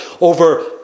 over